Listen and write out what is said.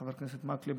חבר הכנסת מקלב,